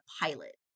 pilot